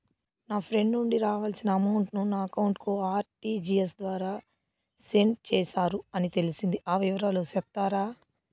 నా ఫ్రెండ్ నుండి రావాల్సిన అమౌంట్ ను నా అకౌంట్ కు ఆర్టిజియస్ ద్వారా సెండ్ చేశారు అని తెలిసింది, ఆ వివరాలు సెప్తారా?